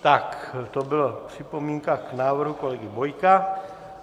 Tak, to byla připomínka k návrhu kolegy Bojka.